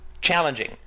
challenging